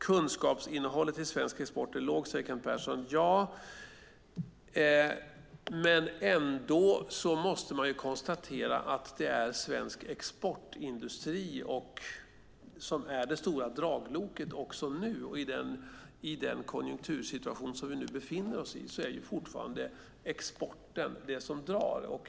Kunskapsinnehållet i svensk export är låg, säger Kent Persson. Ändå måste man konstatera att det är svensk exportindustri som är det stora dragloket också nu. I den konjunktursituation som vi befinner oss i är det fortfarande exporten som drar.